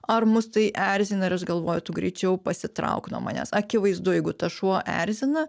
ar mus tai erzina ir aš galvoju tu greičiau pasitrauk nuo manęs akivaizdu jeigu tas šuo erzina